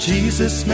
Jesus